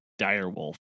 direwolf